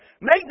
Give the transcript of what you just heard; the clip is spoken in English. make